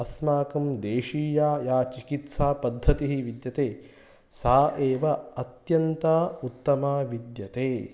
अस्माकं देशीया या चिकित्सापद्धतिः विद्यते सा एव अत्यन्ता उत्तमा विद्यते